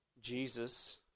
Jesus